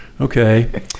Okay